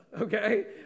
Okay